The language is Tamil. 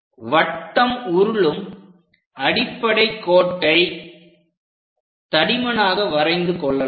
வட்டம் உருளும் அடிப்படை கோட்டை தடிமனாக வரைந்து கொள்ளலாம்